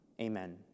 Amen